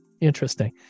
Interesting